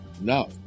no